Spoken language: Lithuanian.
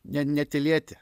ne netylėti